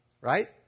right